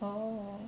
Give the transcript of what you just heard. oh